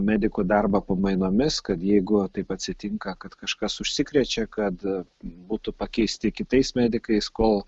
medikų darbą pamainomis kad jeigu taip atsitinka kad kažkas užsikrečia kad būtų pakeisti kitais medikais kol